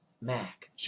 Mac